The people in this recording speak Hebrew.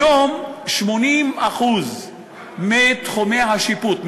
היום 80% מתחומי השיפוט,